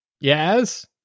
Yes